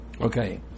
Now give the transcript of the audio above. okay